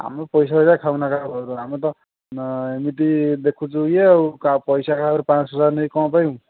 ଆମେ ପଇସା ଫଇସା ଖାଉନା କାହା ପାଖରୁ ଆମେ ତ ଏମିତି ଦେଖୁଛୁ ଇଏ ଆଉ ପଇସା କାହା ପାଖରୁ ପାଞ୍ଚ ଶହ ହଜାର ନେଇକି କ'ଣ ପାଇବୁ